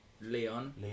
Leon